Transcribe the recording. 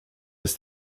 ist